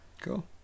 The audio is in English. cool